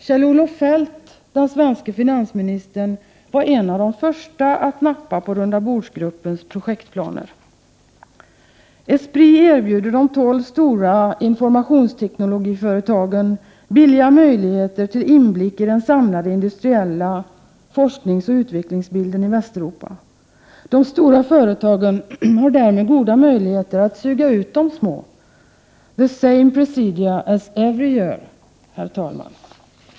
Kjell-Olof Feldt, den svenske finansministern, var en av | de första att nappa på rundabordsgruppens projektplaner. ESPRIT erbjuder de 12 stora informationsteknologiföretagen billiga möjligheter till inblick i den samlade industriella forskningsoch utvecklingsbilden i Västeuropa. De stora företagen har därmed goda möjligheter att suga ut de små — the same procedure as every year — herr talman!